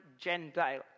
Gentile